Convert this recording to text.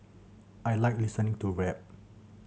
I like listening to rap